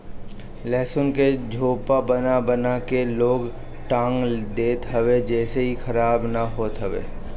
लहसुन के झोपा बना बना के लोग टांग देत हवे जेसे इ खराब ना होत हवे